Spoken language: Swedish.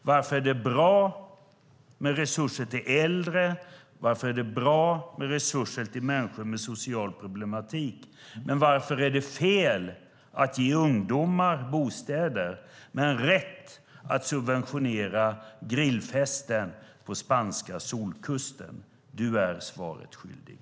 Varför är det bra med resurser till äldre? Varför är det bra med resurser till människor med social problematik? Varför är det fel att ge ungdomar bostäder men rätt att subventionera grillfester på spanska solkusten? Du är svaret skyldig.